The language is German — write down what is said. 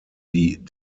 die